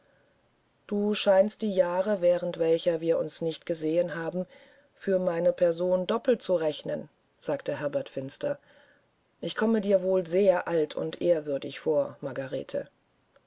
du scheinst die jahre während welcher wir uns nicht gesehen haben für meine person doppelt zu rechnen sagte herbert finster ich komme dir wohl sehr alt und ehrwürdig vor margarete